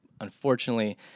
unfortunately